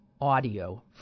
audio